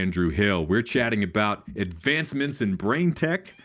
andrew hill we're chatting about advancements in brain tech,